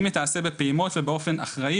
אם היא תיעשה בפעימות ובאופן אחראי